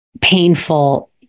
painful